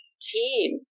team